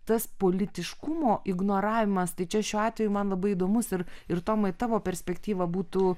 tas politiškumo ignoravimas tai čia šiuo atveju man labai įdomus ir ir tomai tavo perspektyva būtų